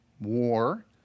war